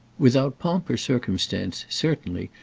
without pomp or circumstance, certainly,